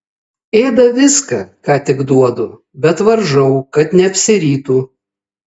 ėda viską ką tik duodu bet varžau kad neapsirytų